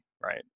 right